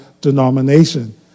denomination